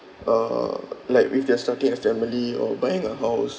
uh like with their starting a family or buying a house